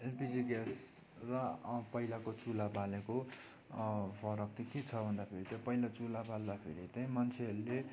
LPG gas र पहिलाको चुला बालेको फरक त के छ भन्दा फेरि त्यही पहिला चुला बाल्दाखेरि त्यही मान्छेहरूले